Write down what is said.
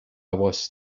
was